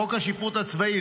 חוק השיפוט הצבאי,